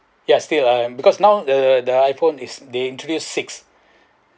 yes still mm because now the the I_phone is they introduced six